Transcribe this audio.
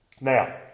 Now